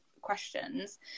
questions